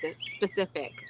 specific